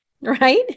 right